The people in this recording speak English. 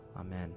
Amen